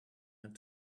had